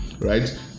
right